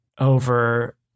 over